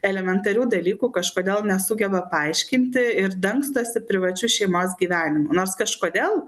elementarių dalykų kažkodėl nesugeba paaiškinti ir dangstosi privačiu šeimos gyvenimu nors kažkodėl